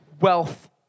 wealth